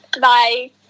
bye